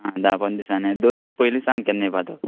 धा पन दिसानी दोन दीस पयली सांग केन्ना येवपा तो